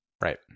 Right